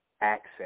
access